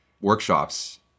workshops